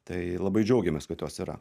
tai labai džiaugiamės kad jos yra